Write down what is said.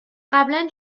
قبلا